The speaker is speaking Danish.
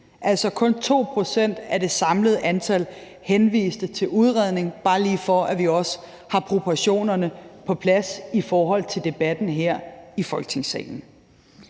kun 2 pct. af det samlede antal henviste til udredning. Det er bare lige, for at vi også har proportionerne på plads i forhold til debatten her i Folketingssalen.